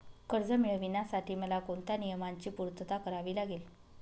कर्ज मिळविण्यासाठी मला कोणत्या नियमांची पूर्तता करावी लागेल?